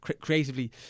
creatively